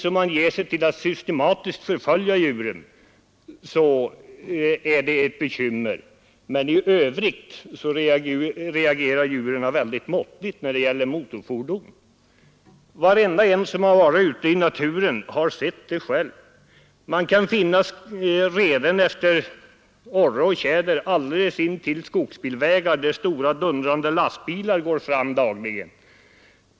Om man ger sig till att systematiskt förfölja djur är det naturligtvis ett bekymmer, men i övrigt reagerar djuren väldigt måttligt när det gäller motorfordon. Var och en som varit ute i naturen har sett det själv. Man kan finna reden efter orre och tjäder alldeles intill skogsbilvägar där stora, dundrande lastbilar går fram dagligen.